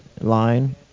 line